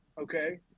okay